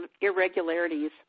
irregularities